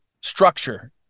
structure